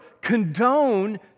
condone